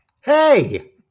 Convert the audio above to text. Hey